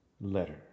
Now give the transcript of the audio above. letter